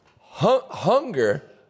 Hunger